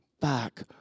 back